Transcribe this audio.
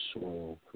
Soil